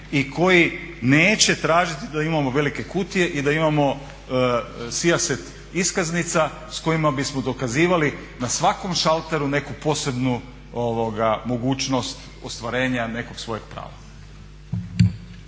i koji neće tražiti da imamo velike kutije i da imamo … iskaznica s kojima bismo dokazivali na svakom šalteru neku posebnu mogućnost ostvarenja nekog svojeg prava.